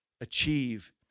achieve